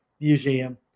museum